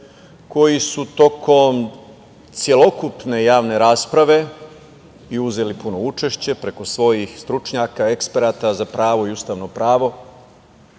koji su tokom celokupne javne rasprave uzeli puno učešće preko svojih stručnjaka, eksperata za pravo i ustavno pravo,